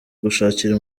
gushakira